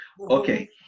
Okay